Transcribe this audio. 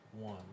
One